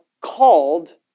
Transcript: called